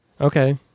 Okay